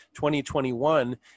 2021